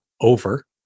over